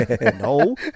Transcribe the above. no